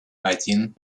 один